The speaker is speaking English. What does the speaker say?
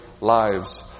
lives